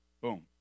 boom